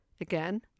Again